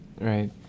right